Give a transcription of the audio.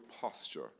posture